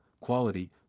quality